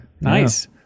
Nice